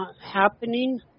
happening